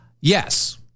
Yes